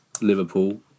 Liverpool